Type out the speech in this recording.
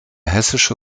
hessische